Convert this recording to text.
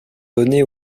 donné